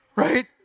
Right